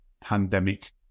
pandemic